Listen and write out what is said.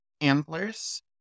antlers